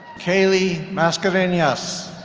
kaylee mascarenas